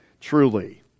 truly